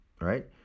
right